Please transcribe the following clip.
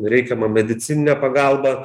reikiamą medicininę pagalbą